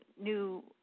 new